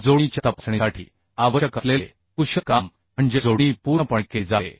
मग जोडणीच्या तपासणीसाठी आवश्यक असलेले कुशल काम म्हणजे जोडणी पूर्णपणे केली जाते